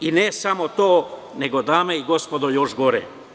Ne samo to, nego, dame i gospodo, još gore.